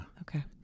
Okay